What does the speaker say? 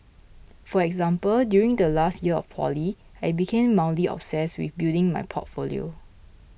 for example during the last year of poly I became mildly obsessed with building my portfolio